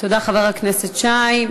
תודה, חבר הכנסת שי.